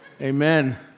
Amen